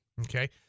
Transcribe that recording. Okay